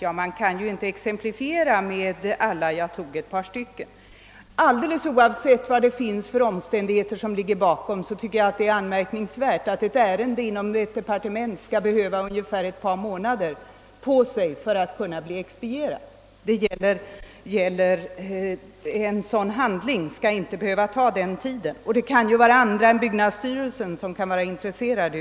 Jag skulle kunna anföra många exempel, men jag tog bara ett par. Alldeles oavsett vilka omständigheter som ligger bakom tycker jag det är anmärkningsvärt att det skall behöva ta ett par månader innan ett ärende blir expedierat i ett departement. Dessutom kan det finnas andra än byggnadsstyrelsen som är intresserade.